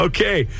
Okay